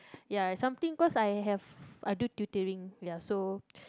ya is something cause I have I do ya so